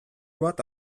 bat